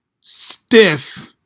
stiff